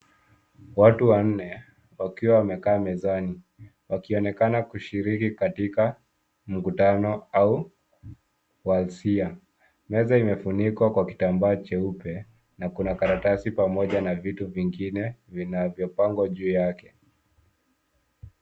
Watu wanne wakiwa wamekaa mezani wakionekana wakishiriki katika mkutano au walsia .Meza imefunikwa kwa kitabaa cheupe na kuna karatasi na pamoja na vitu vingine vinavyopagwa juu yake.